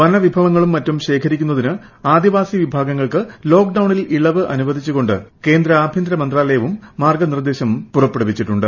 വനവിഭവങ്ങളും മറ്റും ശേഖരിക്കുന്നതിന് ആദിവാസി വിഭാഗങ്ങൾക്ക് ലോക്ഡൌണിൽ ഇള്ളിപ്പ് അനുവദിച്ചുകൊണ്ട് കേന്ദ്ര ആഭ്യന്തരമന്ത്രാലയവൂക്കും മാർഗ്ഗ നിർദ്ദേശം പുറപ്പെടുവിച്ചിട്ടുണ്ട്